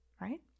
right